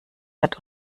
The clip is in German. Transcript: hat